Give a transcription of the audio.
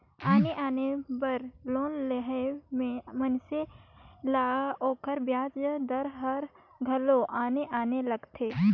आने आने बर लोन लेहई में मइनसे ल ओकर बियाज दर हर घलो आने आने लगथे